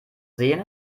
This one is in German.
sehen